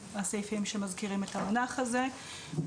אלה הסעיפים שמזכירים את המונח הזה.